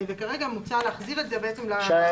וכרגע מוצע להחזיר את זה לפקודת בריאות העם.